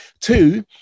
Two